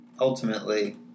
Ultimately